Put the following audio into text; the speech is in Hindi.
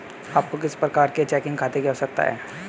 आपको किस प्रकार के चेकिंग खाते की आवश्यकता है?